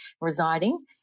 residing